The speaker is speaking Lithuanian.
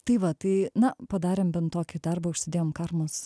tai va tai na padarėm bent tokį darbą užsidėjom karmos